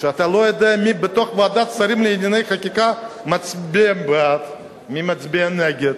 שאתה לא יודע מי בתוך ועדת שרים לענייני חקיקה מצביע בעד ומי מצביע נגד.